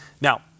Now